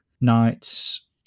nights